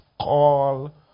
call